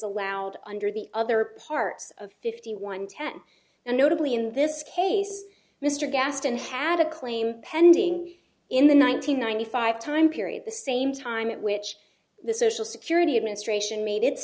allowed under the other parts of fifty one ten and notably in this case mr gaston had a claim pending in the one nine hundred ninety five time period the same time at which the social security administration made it